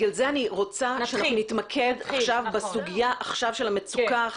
לכן אני רוצה שאנחנו נתמקד עכשיו בסוגיה עכשווית.